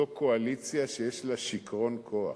זו קואליציה שיש לה שיכרון כוח,